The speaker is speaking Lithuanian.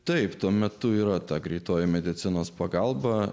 taip tuo metu yra ta greitoji medicinos pagalba